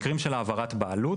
במקרים של העברת בעלות,